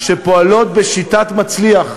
שפועלות בשיטת "מצליח",